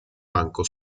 banco